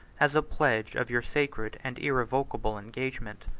as a pledge of your sacred and irrevocable engagement.